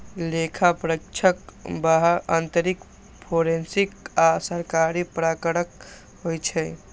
लेखा परीक्षक बाह्य, आंतरिक, फोरेंसिक आ सरकारी प्रकारक होइ छै